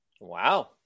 Wow